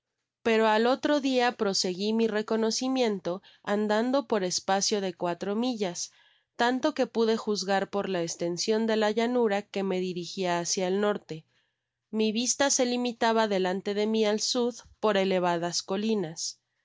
pero al otro dia proseguí mi reconocimiento andando por espacio de cuatro millas tanto que pude juzgar por la estension de la llanura que me dirigía hacia el norte mi vista se limitaba delante de mí al sud por elevadas colinas al